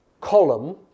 column